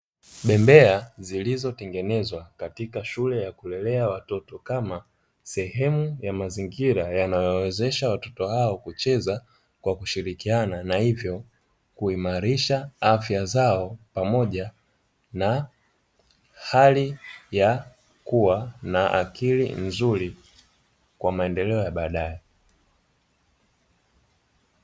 Bembea zilizotengenezwa katika shule ya kulelea watoto, kama sehemu ya mazingira yanayowawezesha watoto hao kucheza kwa kushirikiana na hivyo kuimarisha afya zao pamoja na hali ya kuwa na akili nzuri, kwa maendeleo ya baadae.